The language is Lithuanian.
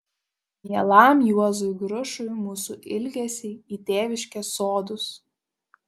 mielam juozui grušui mūsų ilgesį į tėviškės sodus